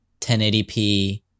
1080p